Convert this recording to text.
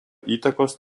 įtakos